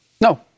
No